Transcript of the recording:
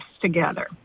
together